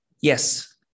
Yes